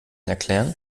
erklären